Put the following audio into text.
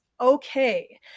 okay